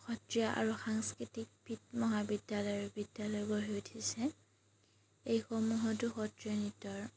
সত্ৰীয়া আৰু সাংস্কৃতিক মহাবিদ্যালয়ৰ বিদ্যালয় গঢ়ি উঠিছে এইসমূহতো সত্ৰীয়া নৃত্যৰ